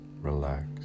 Relax